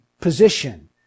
position